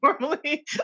normally